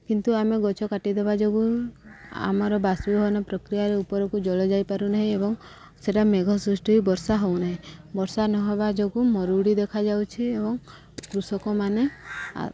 କିନ୍ତୁ ଆମେ ଗଛ କାଟିଦେବା ଯୋଗୁଁ ଆମର ବାଷ୍ପୀଭବନ ପ୍ରକ୍ରିୟାରେ ଉପରକୁ ଜଳ ଯାଇପାରୁନାହିଁ ଏବଂ ସେଟା ମେଘ ସୃଷ୍ଟି ବର୍ଷା ହଉନାହିଁ ବର୍ଷା ନହବା ଯୋଗୁଁ ମରୁଡ଼ି ଦେଖାଯାଉଛି ଏବଂ କୃଷକମାନେ